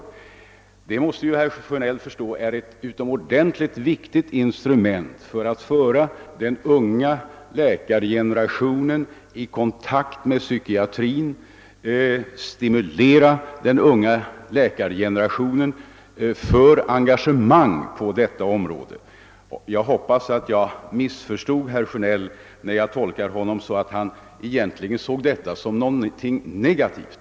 Herr Sjönell måste förstå att detta är ett utomordentligt viktigt instrument för att föra den unga läkargenerationen i kontakt med psykiatrin och för att stimulera dessa läkare till engagemang på området. Jag hoppas att jag missuppfattade herr Sjönell när jag tolkade honom så att detta egentligen skulle vara något negativt.